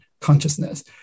consciousness